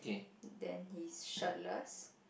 then he's shirtless